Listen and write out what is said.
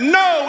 no